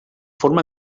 forma